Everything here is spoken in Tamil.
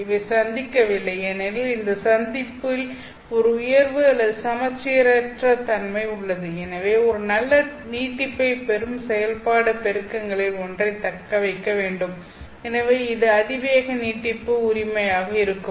இவை சந்திக்கவில்லை ஏனெனில் இந்த சந்திப்பில் ஒரு உயர்வு அல்லது சமச்சீரற்ற தன்மை உள்ளது எனவே ஒரு நல்ல நீட்டிப்பைப் பெறும் செயல்பாடு பெருக்கங்களில் ஒன்றைத் தக்கவைக்க வேண்டும் எனவே இது அதிவேக நீட்டிப்பு உரிமையாக இருக்கும்